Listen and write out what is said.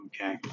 Okay